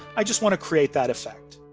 i just want to create that effect.